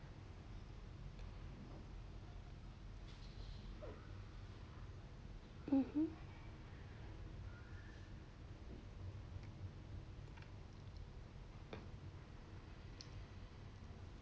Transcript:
mmhmm